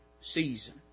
season